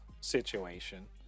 situation